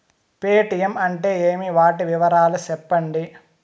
Paytm అంటే ఏమి, వాటి వివరాలు సెప్పండి?